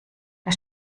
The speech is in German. der